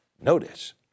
Notice